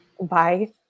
Bye